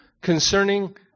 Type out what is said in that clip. concerning